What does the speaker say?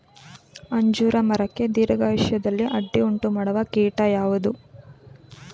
ಅಂಜೂರ ಮರಕ್ಕೆ ದೀರ್ಘಾಯುಷ್ಯದಲ್ಲಿ ಅಡ್ಡಿ ಉಂಟು ಮಾಡುವ ಕೀಟ ಯಾವುದು?